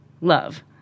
love